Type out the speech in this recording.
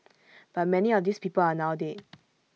but many of these people are now dead